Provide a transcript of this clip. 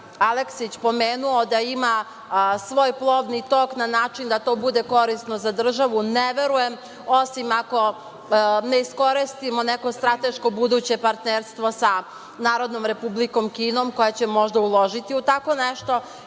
Aleksić pomenuo, da ima svoj plodni tok na način da to bude korisno za državu, ne verujem, osim ako ne iskoristimo neko strateško buduće partnerstvo sa Narodnom Republikom Kinom, koja će možda uložiti u tako nešto,